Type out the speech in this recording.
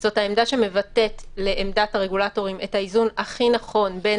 זאת העמדה שמבטאת לעמדת הרגולטורים את האיזון הכי נכון בין